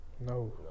no